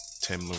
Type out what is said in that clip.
Tim